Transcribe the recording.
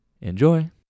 Enjoy